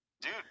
dude